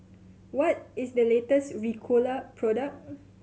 what is the latest Ricola product